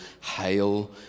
Hail